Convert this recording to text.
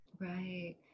Right